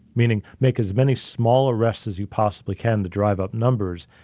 meaning make as many small arrests as you possibly can to drive up numbers,